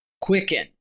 Quicken